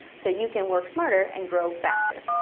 so you can work smarter and grow faster.